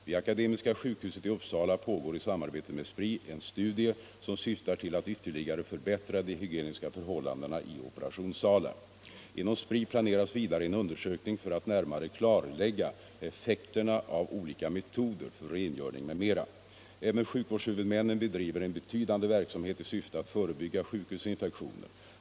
Vid Akademiska sjukhuset i Uppsala pågår i samarbete med Spri en studie som syftar till att ytterligare förbättra de hygieniska förhållandena i operationssalar. Inom Spri planeras vidare en undersökning för att närmare klarlägga effekterna av olika metoder för rengöring m.m. Även sjukvårdshuvudmännen bedriver en betydande verksamhet i syfte att förebygga sjukhusinfektioner.